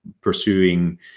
pursuing